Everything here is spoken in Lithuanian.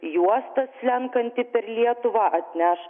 juosta slenkanti per lietuvą atneš